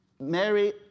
Mary